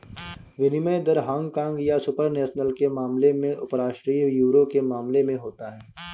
विनिमय दर हांगकांग या सुपर नेशनल के मामले में उपराष्ट्रीय यूरो के मामले में होता है